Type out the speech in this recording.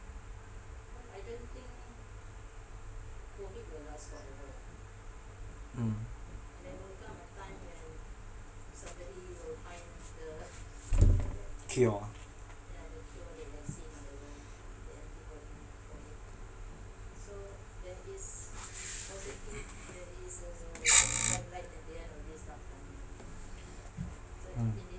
mm cure mm